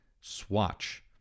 swatch